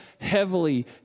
heavily